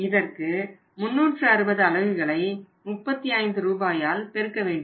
இதற்கு 360 அலகுகளை 35 ரூபாயால் பெருக்க வேண்டும்